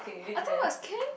I thought that was Ken